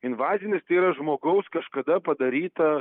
invazinis yra žmogaus kažkada padaryta